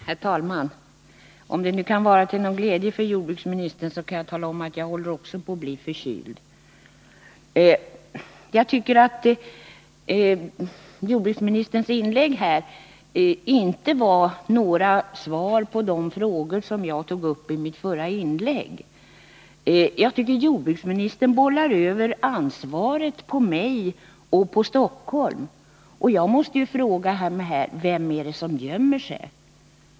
Herr talman! Om det nu kan vara till någon glädje för jordbruksministern kan jag tala om att jag också håller på att bli förkyld. Jag tycker inte att jordbruksministern i sitt inlägg gav några svar på de frågor jag tog upp i mitt anförande. Jordbruksministern bollar över ansvaret på mig och på Stockholm. Jag måste då fråga: Vem är det som gömmer sig?